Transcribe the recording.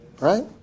right